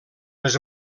les